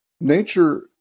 nature